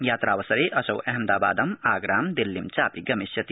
यात्रावसरे असौ अहमदा ादं आगरां दिल्लीं चापि गमिष्यति